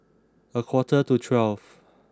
a quarter to twelve